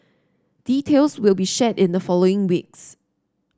details will be shared in the following weeks